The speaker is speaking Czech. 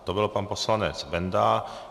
To byl pan poslanec Benda.